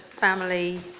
family